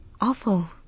Awful